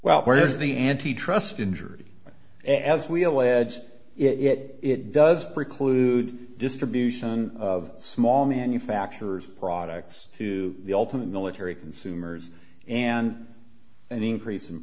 well where is the anti trust injury as we'll adds it does preclude distribution of small manufacturers products to the ultimate military consumers and an increase in